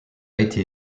été